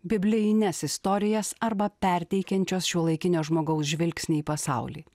biblijines istorijas arba perteikiančios šiuolaikinio žmogaus žvilgsnį į pasaulį